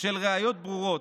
של ראיות ברורות,